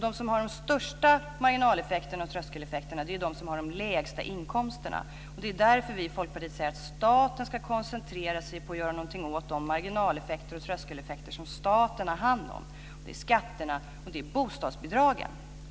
De som har de största marginal och tröskeleffekterna är de som har de lägsta inkomsterna. Det är därför vi i Folkpartiet säger att staten ska koncentrera sig på att göra någonting åt de marginal och tröskeleffekter som staten har hand om - det är skatterna och bostadsbidragen.